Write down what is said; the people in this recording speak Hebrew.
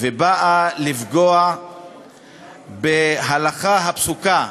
ולפגוע בהלכה הפסוקה,